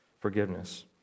forgiveness